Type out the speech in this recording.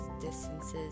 distances